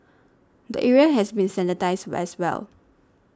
the area has been sanitised as well